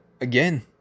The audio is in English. again